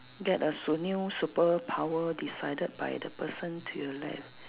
get a su~ new superpower decided by the person to your left